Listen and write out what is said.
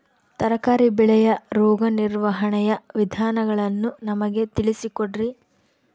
ತರಕಾರಿ ಬೆಳೆಯ ರೋಗ ನಿರ್ವಹಣೆಯ ವಿಧಾನಗಳನ್ನು ನಮಗೆ ತಿಳಿಸಿ ಕೊಡ್ರಿ?